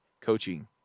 coaching